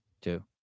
two